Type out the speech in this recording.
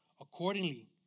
accordingly